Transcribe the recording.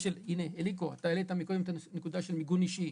אליקו, העלית קודם את הנקודה של מיגון אישי.